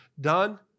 done